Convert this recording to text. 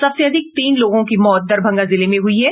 सबसे अधिक तीन लोगों की मौत दरभंगा जिले में हुयी है